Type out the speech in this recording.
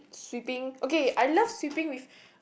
sweeping okay I love sweeping with